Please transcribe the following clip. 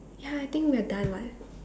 ya I think we are done [what]